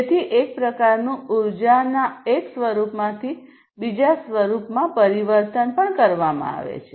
તેથી એક પ્રકારનું ઉર્જાના એક સ્વરૂપમાં થી બીજા સ્વરૂપમાં પરિવર્તન થાય છે